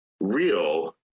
real